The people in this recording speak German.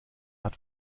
hat